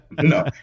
No